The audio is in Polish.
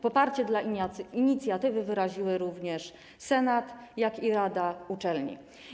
Poparcie dla inicjatywy wyraziły zarówno senat, jak i rada uczelni.